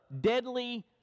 deadly